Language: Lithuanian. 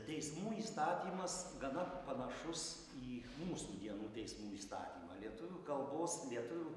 teismų įstatymas gana panašus į mūsų dienų teismų įstatymą lietuvių kalbos lietuvių